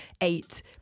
eight